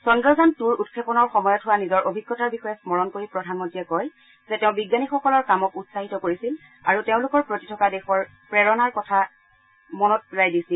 চন্দ্ৰযান টুৰ উৎক্ষেপনৰ সময়ত হোৱা নিজৰ অভিজ্ঞতাৰ বিষয়ে স্মৰণ কৰি প্ৰধানমন্ত্ৰীয়ে কয় যে তেওঁ বিজ্ঞানীসকলৰ কামক উৎসাহিত কৰিছিল আৰু তেওঁলোকৰ প্ৰতি থকা দেশৰ প্ৰেৰণাৰ কথা মনত পেলাই দিছিল